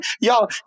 y'all